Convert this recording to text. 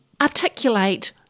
articulate